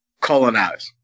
colonize